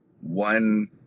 one